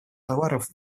товаров